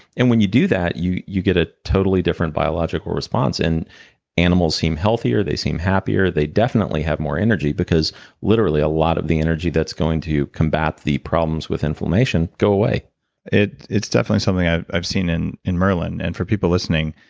and when you do that, you you get a totally different biological response. and animals seem healthier. they seem happier. they definitely have more energy, because literally a lot of the energy that's going to combat the problems with inflammation go away it's definitely something i've i've seen in in merlin, and for people listening,